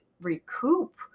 recoup